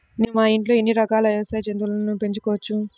నేను మా ఇంట్లో ఎన్ని రకాల వ్యవసాయ జంతువులను పెంచుకోవచ్చు?